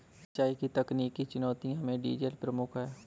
सिंचाई की तकनीकी चुनौतियों में डीजल प्रमुख है